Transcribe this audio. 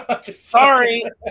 Sorry